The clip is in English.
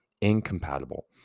incompatible